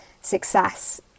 success